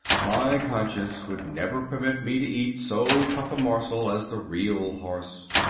my conscience would never permit me to eat so tough a morsel as the real horse.